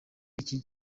iki